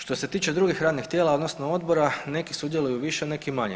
Što se tiče drugih radnih tijela, odnosno odbora neki sudjeluju više, neki manje.